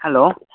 hello